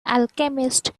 alchemist